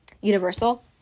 Universal